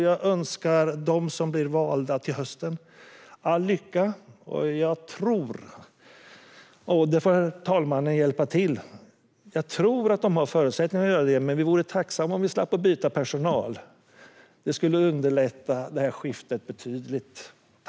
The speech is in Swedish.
Jag önskar dem som blir valda till hösten all lycka. Jag tror - där får väl talmannen hjälpa till - att de har förutsättningar att lyckas. Men vi vore tacksamma om vi slapp byta personal. Det skulle underlätta skiftet betydligt.